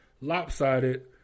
lopsided